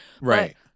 Right